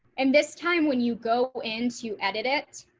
and this time, when you go into edit it.